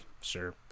Sure